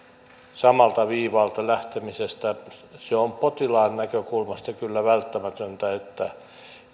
samalta viivalta lähtemisestä se on potilaan näkökulmasta kyllä välttämätöntä että